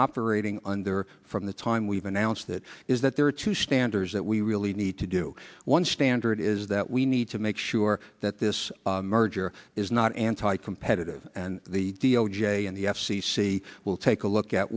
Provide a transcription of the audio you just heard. operating under from the time we've announced it is that there are two standards that we really need to do one standard is that we need to make sure that this merger is not anti competitive and the d o j and the f c c will take a look at